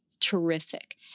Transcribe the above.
terrific